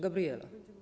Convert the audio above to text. Gabriela.